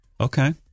Okay